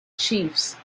chiefs